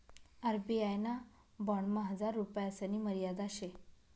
RBI ना बॉन्डमा हजार रुपयासनी मर्यादा शे